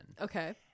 Okay